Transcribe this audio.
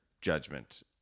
judgment